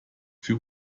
für